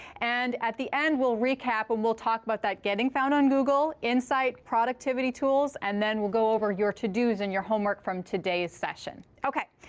and at the end, we'll recap and we'll talk about that getting found on google, insight, productivity tools, and then we'll go over your to-dos and your homework from today's session. ok.